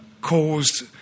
caused